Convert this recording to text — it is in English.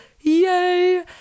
yay